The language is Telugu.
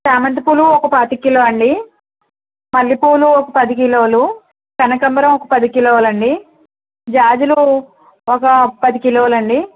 చామంతి పూలు పాతిక కిలో అండి మల్లె పూలు ఒక పది కిలోలు కనకాంబరం ఒక పది కిలోలండి జాజులు ఒక పది కిలోలండి